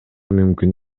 мүмкүн